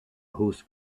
whose